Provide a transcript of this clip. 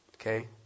Okay